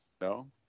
No